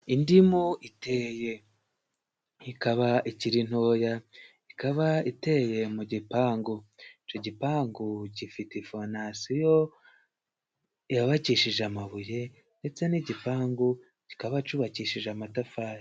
Indimu iteye ikaba ikiri ntoya, ikaba iteye mu gipangu. Icyo gipangu gifite fonasiyo yubakishije amabuye, ndetse n'igipangu kikaba cubakishije amatafari.